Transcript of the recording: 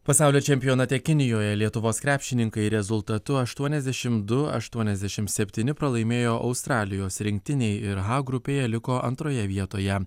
pasaulio čempionate kinijoje lietuvos krepšininkai rezultatu aštuoniasdešim du aštuoniasdešim septyni pralaimėjo australijos rinktinei ir h grupėje liko antroje vietoje